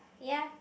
ya